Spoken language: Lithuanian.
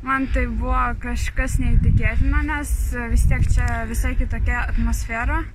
man tai buvo kažkas neįtikėtina nes vis tiek čia visai kitokia atmosfera